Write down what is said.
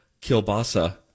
kielbasa